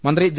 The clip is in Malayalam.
മന്ത്രി ജെ